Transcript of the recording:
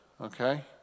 okay